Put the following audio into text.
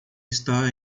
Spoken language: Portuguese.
está